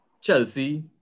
Chelsea